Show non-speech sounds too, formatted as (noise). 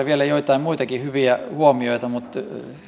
(unintelligible) vielä joitain muitakin hyviä huomioita mutta